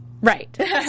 Right